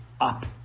up